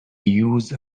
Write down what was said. use